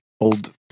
old